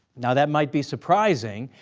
now that might be surprising,